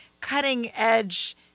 cutting-edge